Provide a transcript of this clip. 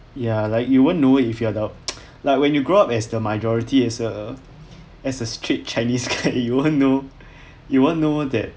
ya like you won't know it if you adult like when you grow up as the majority as a as a straits chinese guy you won't know you won't know that